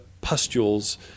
pustules